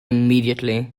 immediately